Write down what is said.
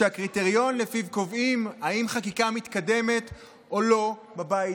שהקריטריון שלפיו קובעים אם חקיקה מתקדמת או לא בבית